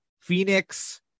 Phoenix